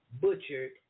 butchered